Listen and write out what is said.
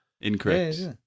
Incorrect